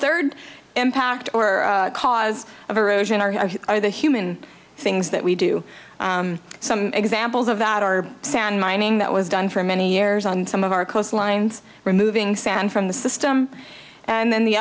third impact or cause of erosion are the human things that we do some examples of that are sand mining that was done for many years on some of our coastlines removing sand from the system and then the